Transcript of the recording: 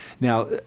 Now